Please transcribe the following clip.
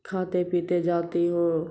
کھاتے پیتے جاتی ہوں